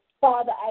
Father